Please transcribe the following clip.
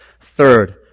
Third